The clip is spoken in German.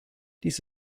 dies